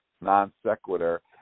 Non-Sequitur